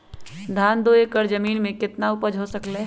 धान दो एकर जमीन में कितना उपज हो सकलेय ह?